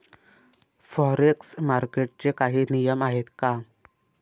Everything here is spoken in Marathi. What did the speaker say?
फॉरेक्स मार्केटचे काही नियम आहेत का?